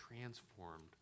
transformed